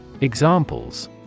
Examples